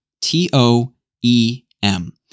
T-O-E-M